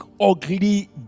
ugly